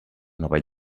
nova